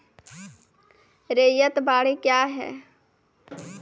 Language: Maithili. रैयत बाड़ी क्या हैं?